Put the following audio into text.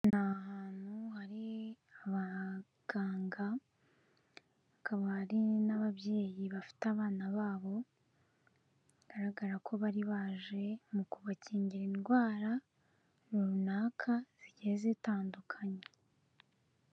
Nta hantu hari abaganga akabari n'ababyeyi bafite abana babo bigaragara ko bari baje mu kubakingira indwara runaka zigiye zitandukanyekanya